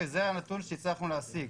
זה הנתון שהצלחנו להשיג.